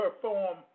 perform